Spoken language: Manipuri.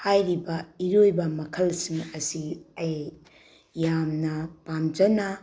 ꯍꯥꯏꯔꯤꯕ ꯏꯔꯣꯏꯕ ꯃꯈꯜꯁꯤꯡ ꯑꯁꯤ ꯑꯩ ꯌꯥꯝꯅ ꯄꯥꯝꯖꯅ